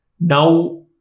Now